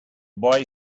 boy